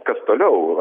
kas toliau